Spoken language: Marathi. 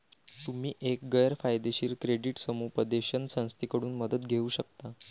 तुम्ही एक गैर फायदेशीर क्रेडिट समुपदेशन संस्थेकडून मदत घेऊ शकता